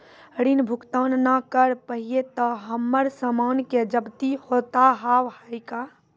ऋण भुगतान ना करऽ पहिए तह हमर समान के जब्ती होता हाव हई का?